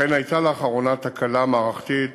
1. אכן הייתה לאחרונה תקלה מערכתית